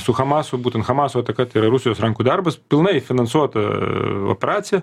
su hamasu būtent hamasu tai kad yra rusijos rankų darbas pilnai finansuota operacija